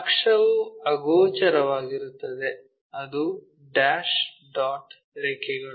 ಅಕ್ಷವು ಅಗೋಚರವಾಗಿರುತ್ತದೆ ಅದು ಡ್ಯಾಶ್ ಡಾಟ್ ರೇಖೆಗಳು